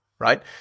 right